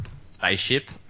spaceship